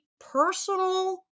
personal